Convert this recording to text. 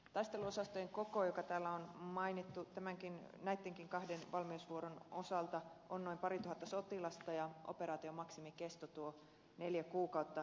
taisteluosastojen koko joka täällä on mainittu näittenkin kahden valmiusvuoron osalta on noin parituhatta sotilasta ja operaation maksimikesto tuo neljä kuukautta